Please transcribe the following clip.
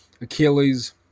Achilles